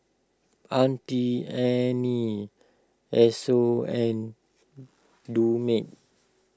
Auntie Anne's Esso and Dumex